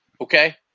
Okay